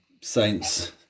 Saints